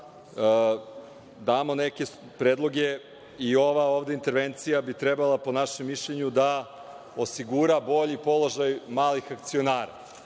da damo neke predloge i ova ovde intervencija bi trebala, po našem mišljenju, da osigura bolji položaj malih akcionara. Vlada